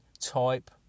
type